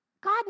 God